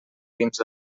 dins